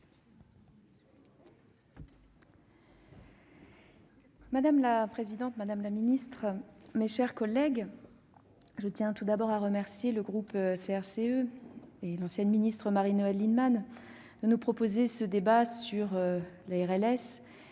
Madame la présidente, madame la ministre, mes chers collègues, je tiens tout d'abord à remercier le groupe CRCE et l'ancienne ministre Marie-Noëlle Lienemann de nous proposer ce débat sur la RLS, un